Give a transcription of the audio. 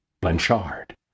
Blanchard